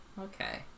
Okay